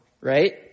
right